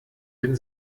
den